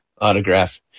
autograph